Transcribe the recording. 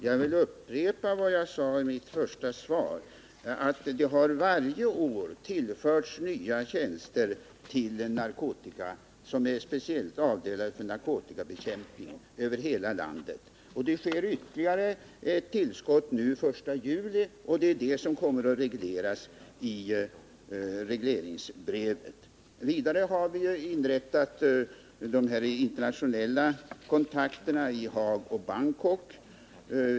Herr talman! Jag vill upprepa vad jag sade i mitt första svar, nämligen att polisen varje år har tillförts nya tjänster som är speciellt avdelade för narkotikabekämpningen över hela landet. Det blir ytterligare tillskott den 1 juli, och det är det som kommer att regleras i regleringsbrevet. Vidare har vi etablerat internationella kontakter i Haag och Bangkok.